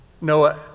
Noah